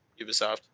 Ubisoft